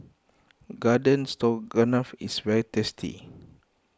Garden Stroganoff is very tasty